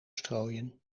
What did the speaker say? strooien